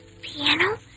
Piano